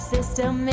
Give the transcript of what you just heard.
system